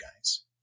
guys